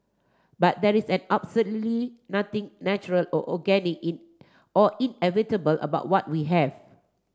but there is an absolutely nothing natural or organic in or inevitable about what we have